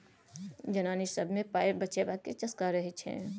जनानी सब मे पाइ बचेबाक चस्का रहय छै